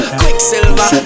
quicksilver